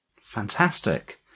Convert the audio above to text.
Fantastic